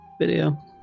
Video